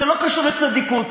זה לא קשור לצדיקות,